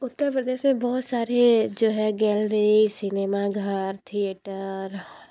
उत्तर प्रदेश में बहुत सारे जो है गैलरी सिनेमा घर थिएटर